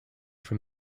from